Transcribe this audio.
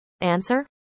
Answer